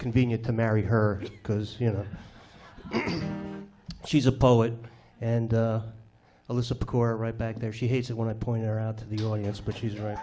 convenient to marry her because you know she's a poet and alissa poor right back there she hates it when i point out to the audience but she's right